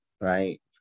right